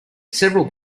several